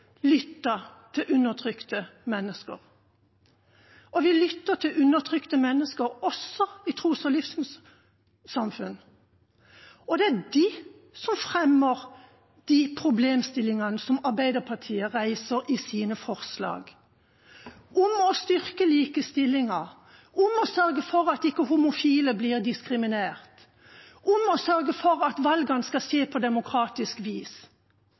til undertrykte mennesker. Vi lytter til undertrykte mennesker også i tros- og livssynsamfunn, og det er de som fremmer problemstillingene som Arbeiderpartiet reiser i sine forslag: om å styrke likestillingen om å sørge for at homofile ikke blir diskriminert om å sørge for at valgene skal skje på demokratisk vis